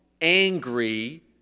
angry